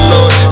Lord